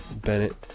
Bennett